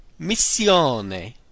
missione